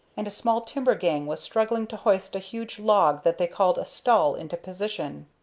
and a small timber gang was struggling to hoist a huge log that they called a stull into position.